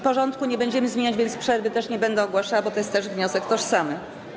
Porządku nie będziemy zmieniać, więc przerwy też nie będę ogłaszała, bo to jest też wniosek tożsamy.